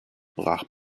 brach